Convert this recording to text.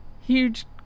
huge